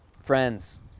friends